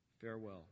Farewell